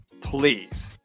please